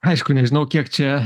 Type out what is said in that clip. aišku nežinau kiek čia